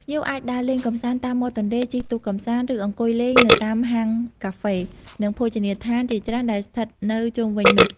ភ្ញៀវអាចដើរលេងកម្សាន្តតាមមាត់ទន្លេ ជិះទូកកម្សាន្ត ឬអង្គុយលេងនៅតាមហាងកាហ្វេ និងភោជនីយដ្ឋានជាច្រើនដែលស្ថិតនៅជុំវិញនោះ។